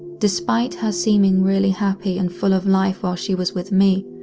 despite her seeming really happy and full of life while she was with me,